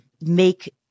make